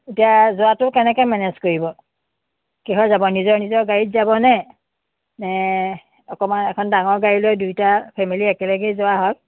এতিয়া যোৱাটো কেনেকৈ মেনেজ কৰিব কিহত যাব নিজৰ নিজৰ গাড়ীত যাবনে নে অকণমান এখন ডাঙৰ গাড়ী লৈ দুইটা ফেমিলী একেলগে যোৱা হয়